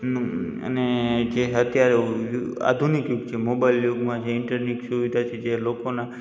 અને જે અત્યારે યુ આધુનિક યુગ છે મોબાઈલ યુગમાં જે ઈન્ટરનેટ સુવિધા છે જે લોકોના